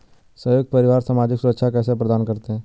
संयुक्त परिवार सामाजिक सुरक्षा कैसे प्रदान करते हैं?